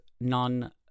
non